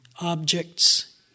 objects